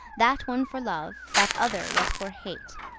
that one for love, that other was for hate.